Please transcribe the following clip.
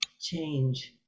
change